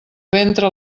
ventre